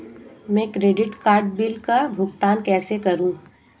मैं credit card bill का भुगतान कैसे करूं?